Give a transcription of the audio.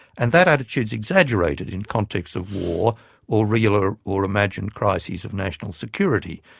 and that attitude's exaggerated in contexts of war or real or or imagined crises of national security.